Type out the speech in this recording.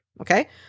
Okay